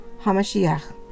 HaMashiach